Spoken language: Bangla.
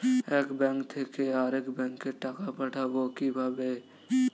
এক ব্যাংক থেকে আরেক ব্যাংকে টাকা পাঠাবো কিভাবে?